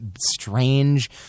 strange